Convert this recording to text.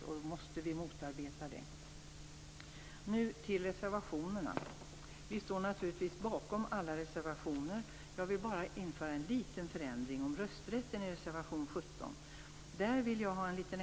Det är något som vi måste motarbeta. Vi står naturligtvis bakom alla reservationer. Jag vill bara föra in en liten förändring i reservation 17 om rösträtten.